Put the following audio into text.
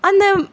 அந்த